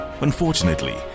Unfortunately